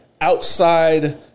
outside